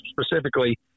specifically